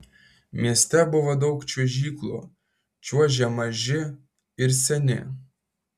mieste buvo daug čiuožyklų čiuožė maži ir seni